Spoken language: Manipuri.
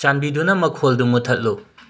ꯆꯥꯟꯕꯤꯗꯨꯅ ꯃꯈꯣꯜꯗꯨ ꯃꯨꯊꯠꯂꯨ